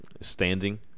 standing